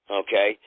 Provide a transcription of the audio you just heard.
okay